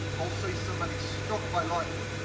i'll see somebody struck by lightnin,